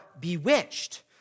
bewitched